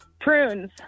Prunes